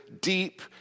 deep